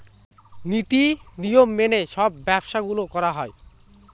নীতি নিয়ম মেনে সব ব্যবসা গুলো করা হয়